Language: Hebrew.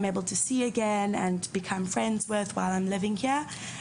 יכולה להתראות שוב ולהתחבר בזמן שאני גרה כאן.